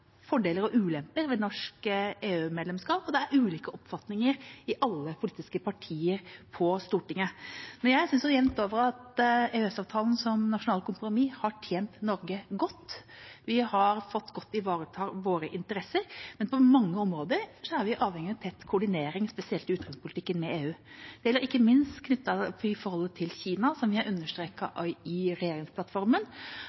fordeler og ulemper ved norsk EU-medlemskap, og det er ulike oppfatninger i alle politiske partier på Stortinget. Men jeg synes jevnt over at EØS-avtalen som nasjonalt kompromiss har tjent Norge godt. Vi har fått godt ivaretatt våre interesser, men på mange områder er vi avhengig av tett koordinering med EU, spesielt i utenrikspolitikken. Det gjelder ikke minst forholdet til Kina. Vi har